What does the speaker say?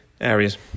areas